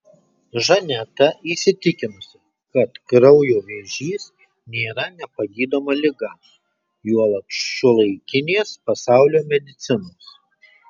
žaneta įsitikinusi kad kraujo vėžys nėra nepagydoma liga juolab šiuolaikinės pasaulio medicinos